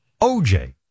OJ